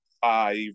five